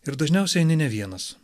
ir dažniausiai eini ne vienas